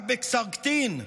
רק בקסרקטין,